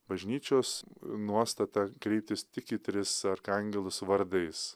bažnyčios nuostata kreiptis tik į tris arkangelus vardais